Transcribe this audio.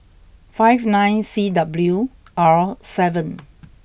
five nine C W R seven